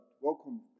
Welcome